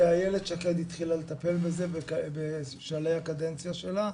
כי איילת שקד התחילה לטפל בזה בשלהי הקדנציה שלה,